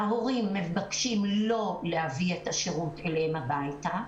ההורים מבקשים לא להביא את השירות אליהם הביתה,